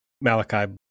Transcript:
Malachi